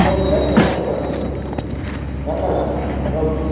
ଫୋନରେ ପେମେଣ୍ଟ କରିଦେବି ଧନ୍ୟବାଦ ରହୁଛି